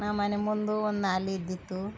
ನಮ್ಮನೆ ಮುಂದೆ ಒಂದು ನಾಲೆ ಇದ್ದಿತ್ತು